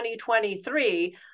2023